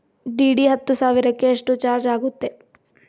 DD ಹತ್ತು ಸಾವಿರಕ್ಕೆ ಎಷ್ಟು ಚಾಜ್೯ ಆಗತ್ತೆ?